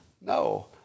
No